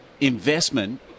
investment